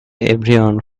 everyone